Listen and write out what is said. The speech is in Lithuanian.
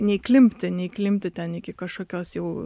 neįklimpti neįklimpti ten iki kažkokios jau